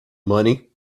money